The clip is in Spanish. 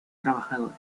trabajadores